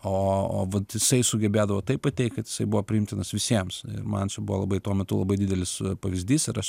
o o vat jisai sugebėdavo taip pateikt kad jisai buvo priimtinas visiems man šiaip buvo labai tuo metu labai didelis pavyzdys ir aš